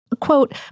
Quote